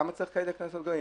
למה צריך כאלה קנסות גבוהים?